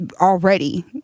already